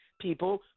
people